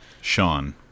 Sean